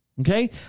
Okay